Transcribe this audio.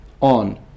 on